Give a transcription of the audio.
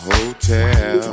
Hotel